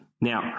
Now